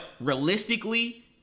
realistically